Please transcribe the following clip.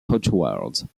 outward